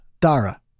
Dara